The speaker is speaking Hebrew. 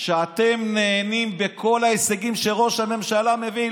שאתם נהנים מכל ההישגים שראש הממשלה מביא,